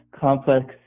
complex